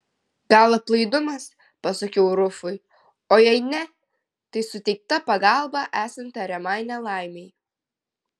gal aplaidumas pasakiau rufui o jei ne tai suteikta pagalba esant tariamai nelaimei